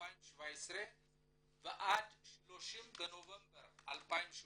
2017 ועד 30 בנובמבר 2018,